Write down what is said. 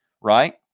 right